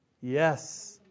Yes